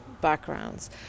backgrounds